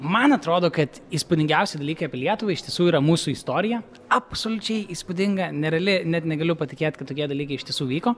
man atrodo kad įspūdingiausi dalykai apie lietuvą iš tiesų yra mūsų istorija absoliučiai įspūdinga nereali net negaliu patikėt kad tokie dalykai iš tiesų vyko